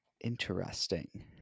Interesting